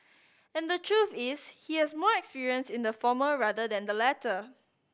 and the truth is he has more experience in the former rather than the latter